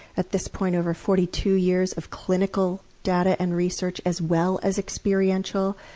at this point, over forty-two years of clinical data and research as well as experiential,